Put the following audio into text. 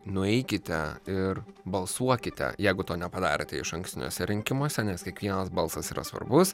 nueikite ir balsuokite jeigu to nepadarėte išankstiniuose rinkimuose nes kiekvienas balsas yra svarbus